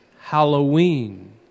Halloween